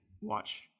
watch